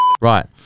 Right